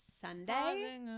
sunday